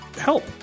help